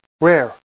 rare